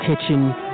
kitchen